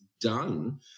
done